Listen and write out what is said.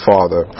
Father